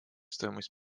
стоимость